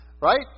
right